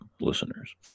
listeners